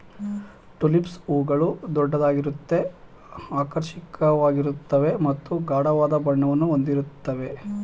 tulips ಹೂಗಳು ದೊಡ್ಡದಾಗಿರುತ್ವೆ ಆಕರ್ಷಕವಾಗಿರ್ತವೆ ಮತ್ತು ಗಾಢವಾದ ಬಣ್ಣವನ್ನು ಹೊಂದಿರುತ್ವೆ